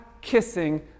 kissing